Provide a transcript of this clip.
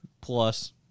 plus